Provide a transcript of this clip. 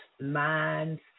minds